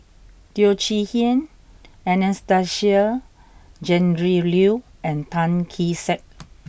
Teo Chee Hean Anastasia Tjendri Liew and Tan Kee Sek